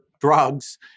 drugs